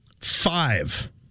Five